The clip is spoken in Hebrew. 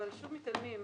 אבל שוב מתעלמים.